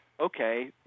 okay